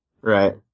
right